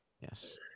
Yes